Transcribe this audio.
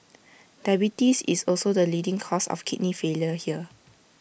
diabetes is also the leading cause of kidney failure here